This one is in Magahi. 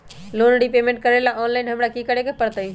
लोन रिपेमेंट करेला ऑनलाइन हमरा की करे के परतई?